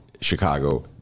chicago